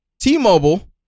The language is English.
T-Mobile